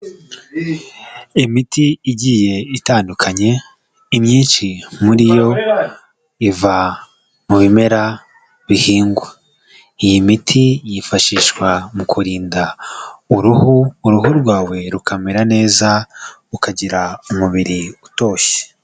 Imiti igiye itandukanye, imyinshi muri yo, iva mu bimera bihingwa. Iyi miti yifashishwa mu kurinda uruhu, uruhu rwawe rukamera neza, ukagira umubiri utoshye.